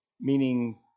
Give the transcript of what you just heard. meaning